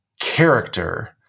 character